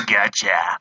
Gotcha